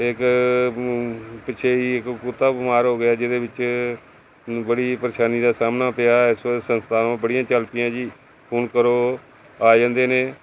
ਇੱਕ ਪਿੱਛੇ ਹੀ ਇੱਕ ਕੁੱਤਾ ਬਿਮਾਰ ਹੋ ਗਿਆ ਜਿਹਦੇ ਵਿੱਚ ਮੈਨੂੰ ਬੜੀ ਪਰੇਸ਼ਾਨੀ ਦਾ ਸਾਹਮਣਾ ਪਿਆ ਇਸ ਵੇਲੇ ਸੰਸਥਾਵਾਂ ਬੜੀਆਂ ਚੱਲ ਪਈਆਂ ਜੀ ਫੋਨ ਕਰੋ ਆ ਜਾਂਦੇ ਨੇ